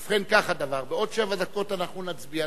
ובכן, כך הדבר, בעוד שבע דקות אנחנו נצביע.